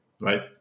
right